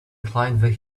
climbed